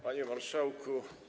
Panie Marszałku!